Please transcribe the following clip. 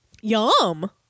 Yum